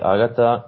Agatha